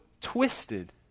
twisted